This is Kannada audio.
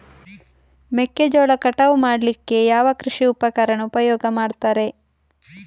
ಮೆಕ್ಕೆಜೋಳ ಕಟಾವು ಮಾಡ್ಲಿಕ್ಕೆ ಯಾವ ಕೃಷಿ ಉಪಕರಣ ಉಪಯೋಗ ಮಾಡ್ತಾರೆ?